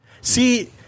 See